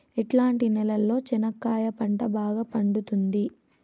ఎట్లాంటి నేలలో చెనక్కాయ పంట బాగా పండుతుంది?